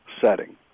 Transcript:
setting